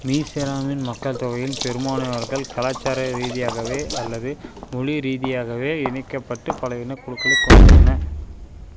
மீசெராமின் மக்கள் தொகையில் பெரும்பான்மையானவர்கள் கலாச்சார ரீதியாகவே அல்லது மொழி ரீதியாகவே இணைக்கப்பட்டு பல இனக் குழுக்களைக் கொண்டுள்ளன